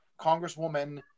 congresswoman